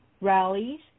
rallies